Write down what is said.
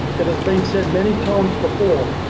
it has been said many times before,